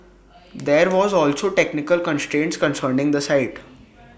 there were also technical constraints concerning the site